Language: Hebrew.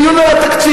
בדיון על התקציב,